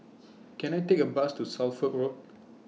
Can I Take A Bus to Suffolk Road